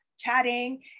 chatting